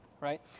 right